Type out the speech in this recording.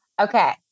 Okay